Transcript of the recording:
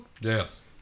Yes